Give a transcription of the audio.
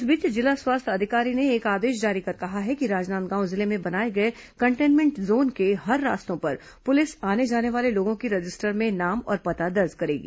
इस बीच जिला स्वास्थ्य अधिकारी ने एक आदेश जारी कर कहा है कि राजनांदगांव जिले में बनाए गए कंटेन्मेंट जोन के हर रास्तों पर पुलिस आने जाने वाले लोगों की रजिस्टर में नाम और पता दर्ज करेगी